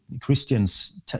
Christians